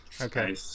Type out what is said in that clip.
okay